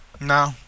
No